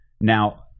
Now